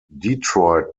detroit